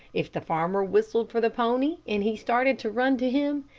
if the farmer whistled for the pony and he started to run to him,